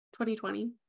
2020